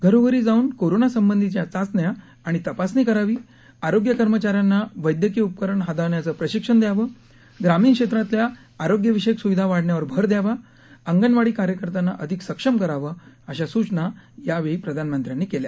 घरोघरी जाऊन कोरोनासंबंधीच्या चाचण्या आणि तपासणी करावी आरोग्य कर्मचाऱ्यांना वैद्यकीय उपकरणं हाताळण्याचं प्रशिक्षण द्यावं ग्रामीण क्षेत्रातल्या आरोग्यविषय स्विधा वाढवण्यावर भर द्यावा अंगणवाडी कार्यकर्त्यांना अधिक सक्षम करावं अशा सूचना यावेळी त्यांनी केल्या